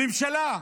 הממשלה,